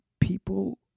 people